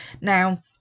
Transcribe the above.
now